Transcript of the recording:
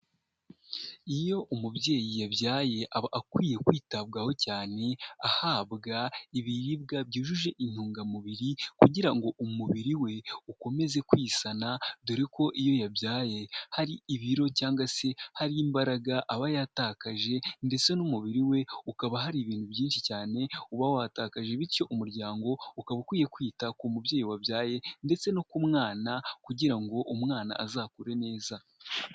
Iyo umubyeyi yabyaye aba akwiye kwitabwaho cyane ahabwa ibiribwa byujuje intungamubiri kugira ngo umubiri we ukomeze kwisana dore ko iyo yabyaye hari ibiro cyangwa se hari imbaraga aba yatakaje ndetse n'umubiri we ukaba hari ibintu byinshi cyane uba watakaje bityo umuryango ukaba ukwiye kwita ku mubyeyi wabyaye ndetse no ku mwana kugira ngo umwana azakure neza.